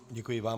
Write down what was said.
Děkuji vám.